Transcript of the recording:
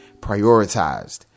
prioritized